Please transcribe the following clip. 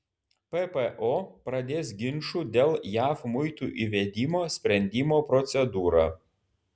ppo pradės ginčų dėl jav muitų įvedimo sprendimo procedūrą